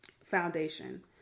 foundation